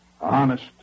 Honest